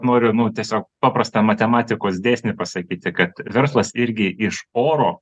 noriu nu tiesiog paprastą matematikos dėsnį pasakyti kad verslas irgi iš oro